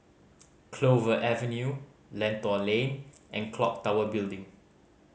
Clover Avenue Lentor Lane and Clock Tower Building